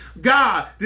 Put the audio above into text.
God